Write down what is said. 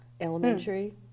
elementary